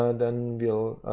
and then we'll